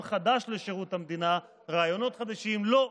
אולם ספורט על שם אלחרומי או על שם מנסור עבאס והחברים שלו,